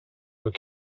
were